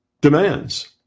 demands